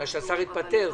השר התפטר,